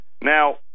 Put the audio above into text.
Now